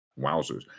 wowzers